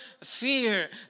fear